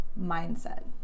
mindset